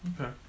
Okay